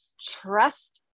trust